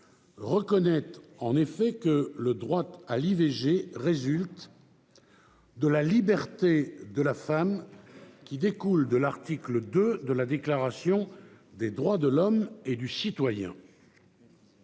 reconnaît en effet que le droit à l'IVG résulte de « la liberté de la femme qui découle de l'article II de la Déclaration des droits de l'homme et du citoyen